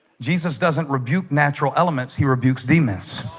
jesus doesn't rebuke natural elements he rebukes demons